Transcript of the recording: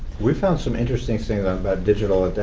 we found some interesting things about digital,